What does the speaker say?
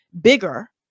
bigger